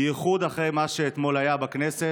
במיוחד לאחר מה שהיה אתמול בכנסת,